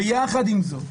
ויחד עם זאת,